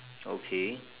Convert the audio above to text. okay